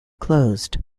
closed